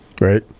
right